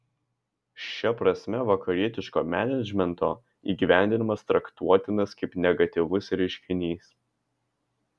šia prasme vakarietiško menedžmento įgyvendinimas traktuotinas kaip negatyvus reiškinys